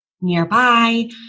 nearby